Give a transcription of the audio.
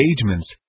engagements